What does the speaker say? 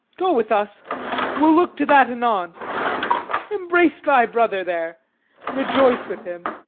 go with us we'll look to that anon. embrace thy brother there rejoice with him.